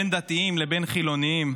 בין דתיים לבין חילונים,